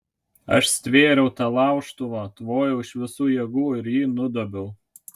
aš stvėriau tą laužtuvą tvojau iš visų jėgų ir jį nudobiau